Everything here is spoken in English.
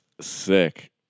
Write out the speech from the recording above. sick